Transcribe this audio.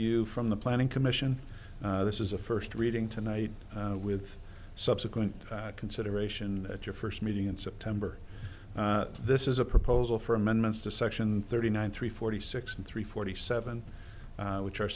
you from the planning commission this is a first reading tonight with subsequent consideration at your first meeting in september this is a proposal for amendments to section thirty nine three forty six and three forty seven which are